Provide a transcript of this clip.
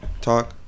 talk